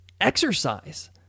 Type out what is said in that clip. exercise